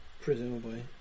Presumably